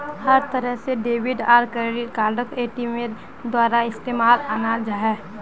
हर तरह से डेबिट आर क्रेडिट कार्डक एटीएमेर द्वारा इस्तेमालत अनाल जा छे